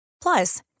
Plus